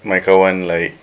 my kawan like